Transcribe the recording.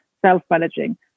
self-managing